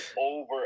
over